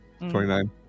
29